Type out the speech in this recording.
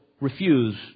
refuse